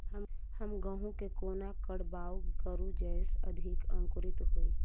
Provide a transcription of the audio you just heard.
हम गहूम केँ कोना कऽ बाउग करू जयस अधिक अंकुरित होइ?